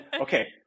okay